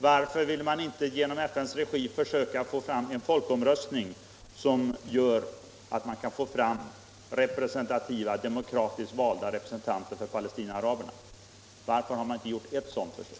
Varför ville man inte i FN:s regi försöka få fram en folkomröstning som gör att man kan få representativa, demokratiskt valda representanter för palestinaaraberna? Varför har man inte gjort ett sådant försök?